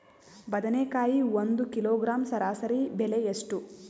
ಬದನೆಕಾಯಿ ಒಂದು ಕಿಲೋಗ್ರಾಂ ಸರಾಸರಿ ಬೆಲೆ ಎಷ್ಟು?